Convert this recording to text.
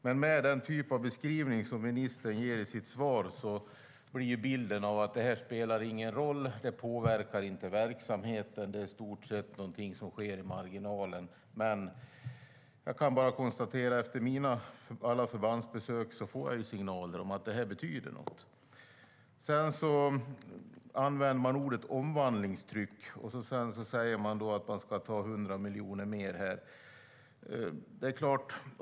Med den typ av beskrivning som ministern ger i sitt svar blir bilden att det inte spelar någon roll, att det inte påverkar verksamheten, att det i stort sett är något som sker i marginalen. Men efter alla mina förbandsbesök får jag signaler om att det betyder något. Man använder ordet "omvandlingstryck" och säger att man ska ta 100 miljoner mer.